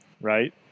right